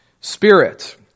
Spirit